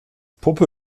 puppe